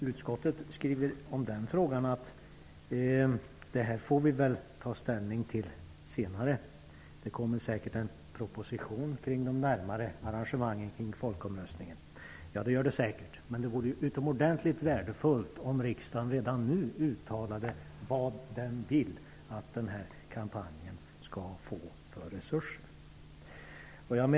Utskottet skriver att den frågan får vi ta ställning till sedan -- det kommer säkerligen en proposition kring de närmare arrangemangen kring folkomröstningen! Men det vore ju utomordentligt värdefullt om riksdagen redan nu uttalade vad den vill att den här kampanjen skall få för resurser.